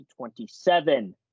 27